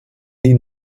die